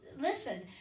listen